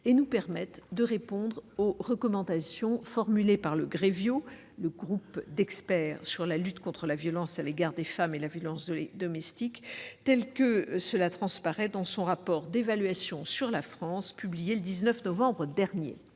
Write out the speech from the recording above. et nous permettent de répondre aux recommandations formulées par le Grevio, le groupe d'experts sur la lutte contre la violence à l'égard des femmes et la violence domestique, dans son rapport d'évaluation sur la France, publié le 19 novembre dernier.